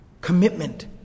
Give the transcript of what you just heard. Commitment